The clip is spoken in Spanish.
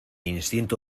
instinto